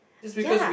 ya